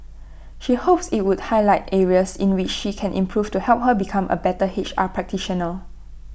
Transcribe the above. she hopes IT would highlight areas in which she can improve to help her become A better H R practitioner